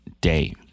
day